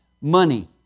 money